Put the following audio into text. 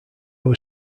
were